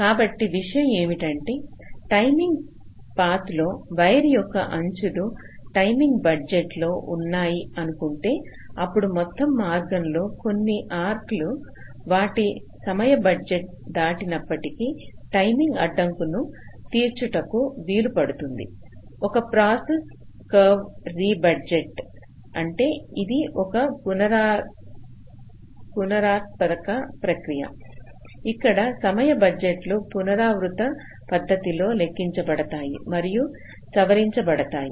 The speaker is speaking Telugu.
కాబట్టి విషయం ఏమిటంటే టైమింగ్ పాత్ లో వైరు యొక్క అంచులు టైమింగ్ బడ్జెట్లో ఉన్నాయ్ అనుకుంటే అప్పుడు మొత్తం మార్గం లో కొన్ని ఆర్క్ లు వాటి సమయ బడ్జెట్ను దాటినప్పటికీ టైమింగ్ అడ్డంకులను తీర్చుటకు వీలుపడుతుంది ఒక ప్రాసెస్ కర్వ్ రీ బడ్జెట్ అంటే ఇది ఒక పునరుత్పాదక ప్రక్రియ ఇక్కడ సమయ బడ్జెట్లు పునరావృత పద్ధతిలో లెక్కించబడ్డాయి మరియు సవరించ పడుతుంది